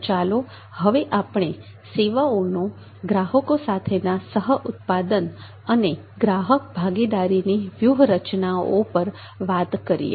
તો ચાલો હવે આપણે સેવાઓનો ગ્રાહકો સાથેના સહ ઉત્પાદન અને ગ્રાહક ભાગીદારીની વ્યૂહરચનાઓ પર વાત કરીએ